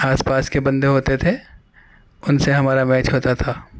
آس پاس کے بندے ہوتے تھے ان سے ہمارا میچ ہوتا تھا